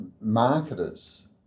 marketers